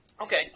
Okay